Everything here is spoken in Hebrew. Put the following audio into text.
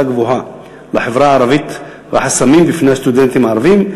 גבוהה לחברה הערבית והחסמים בפני הסטודנטים הערבים,